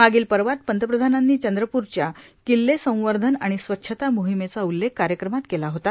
मागील पर्वात पंतप्रधानांनी चंद्रपूरच्या किल्ले संवर्धन आणि स्वच्छता मोहिमेचा उल्लेख कार्यक्रमात केला होता